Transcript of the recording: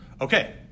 okay